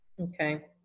Okay